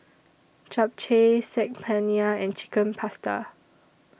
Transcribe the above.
Japchae Saag Paneer and Chicken Pasta